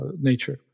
nature